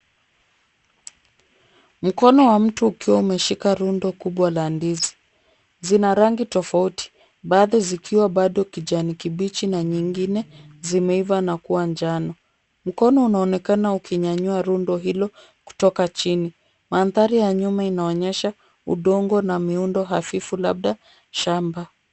Mkono wa mtu ukiwa umeshika rundo kubwa la ndizi. Zina rangi tofauti baadhi zikiwa bado kijani kibichi na nyingine zimeiva na kuwa njano. Mkono unaonekana ukinyanyua rundo hilo kutoka chini .Mandhari ya nyuma inaonyesha udongo na miundo hafifu labda shamba.